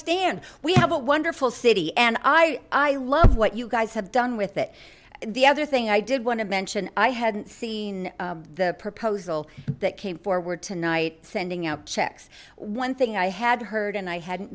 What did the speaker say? stand we have a wonderful city and i i love what you guys have done with it the other thing i did want to mention i hadn't seen the proposal that came forward tonight sending out checks one thing i had heard and i had